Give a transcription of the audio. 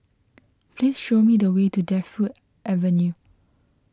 please show me the way to Defu Avenue